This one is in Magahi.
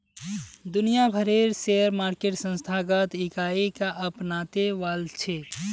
दुनिया भरेर शेयर मार्केट संस्थागत इकाईक अपनाते वॉल्छे